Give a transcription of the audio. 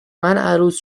عروس